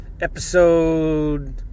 episode